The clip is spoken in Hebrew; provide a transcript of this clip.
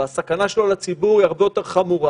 הסכנה שלו לציבור היא הרבה יותר חמורה.